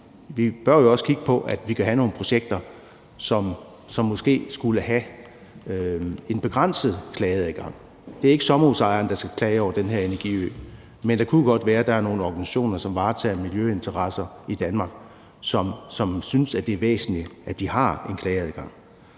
vi bør også kigge på, at vi kan have nogle projekter, som måske skulle have en begrænset klageadgang. Det er ikke sommerhusejerne, der skal klage over den her energiø, men det kunne jo godt være, at der var nogle organisationer, som varetager miljøinteresser i Danmark, og som synes, at det er væsentligt, at de har en klageadgang.